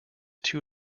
too